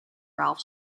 ralph